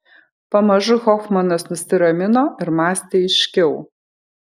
pamažu hofmanas nusiramino ir mąstė aiškiau